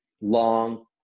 long